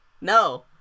no